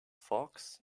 fox